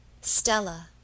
Stella